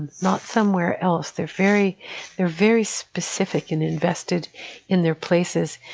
not somewhere else. they're very they're very specific and invested in their places.